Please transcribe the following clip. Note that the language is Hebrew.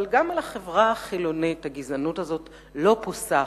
גם על החברה החילונית הגזענות הזאת לא פוסחת.